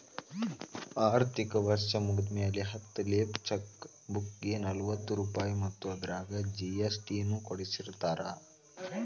ಆರ್ಥಿಕ ವರ್ಷ್ ಮುಗ್ದ್ಮ್ಯಾಲೆ ಹತ್ತ ಲೇಫ್ ಚೆಕ್ ಬುಕ್ಗೆ ನಲವತ್ತ ರೂಪಾಯ್ ಮತ್ತ ಅದರಾಗ ಜಿ.ಎಸ್.ಟಿ ನು ಕೂಡಸಿರತಾರ